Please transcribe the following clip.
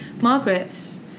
margaret's